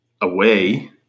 away